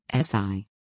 SI